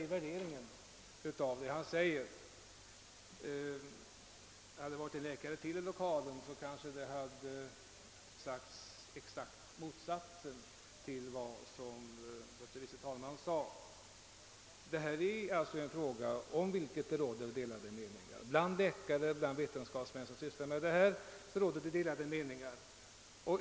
Om det hade funnits ytterligare en läkare i kammaren, hade denne kanske framfört en mening som inneburit raka motsatsen till herr förste vice talmannens nu redovisade uppfattning. Det gäller alltså en fråga, där det finns delade meningar bland de vetenskapsmän och läkare som ägnar sig åt den.